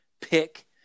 pick